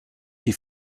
die